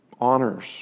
honors